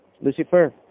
Lucifer